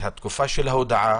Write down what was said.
התקופה של ההודעה